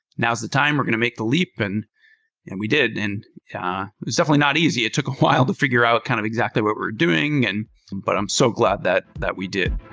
now's the time. we're going to make the leap, and and we did. and yeah it's definitely not easy. it took a while to figure out kind of exactly what we're doing, and but i'm so glad that that we did.